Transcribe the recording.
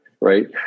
Right